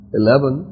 eleven